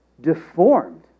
deformed